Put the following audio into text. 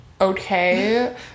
okay